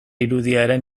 irudiaren